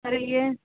آ رہی ہے